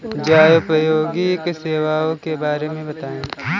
जनोपयोगी सेवाओं के बारे में बताएँ?